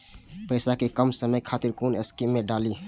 पैसा कै कम समय खातिर कुन स्कीम मैं डाली?